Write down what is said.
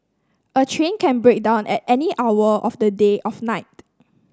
a train can break down at any hour of the day of night